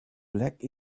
black